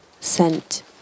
sent